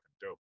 dope